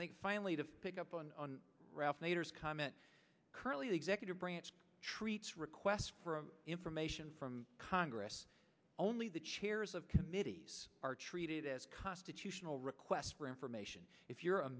i think finally to pick up on ralph nader's comment currently the executive branch treats requests for information from congress only the chairs of committees are treated as constitutional requests for information if you're a